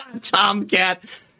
tomcat